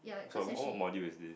so what what module is this